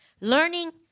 Learning